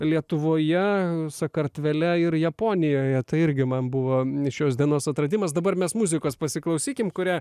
lietuvoje sakartvele ir japonijoje tai irgi man buvo šios dienos atradimas dabar mes muzikos pasiklausykim kurią